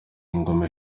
ingoma